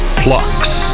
plucks